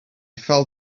fell